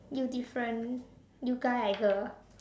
you different you guy I girl